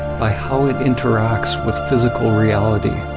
by how it interacts with physical reality.